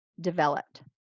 developed